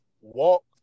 walk